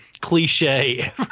cliche